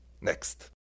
Next